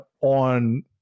on